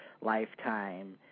lifetime